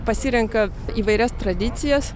pasirenka įvairias tradicijas